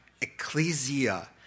ecclesia